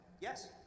yes